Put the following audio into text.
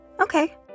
Okay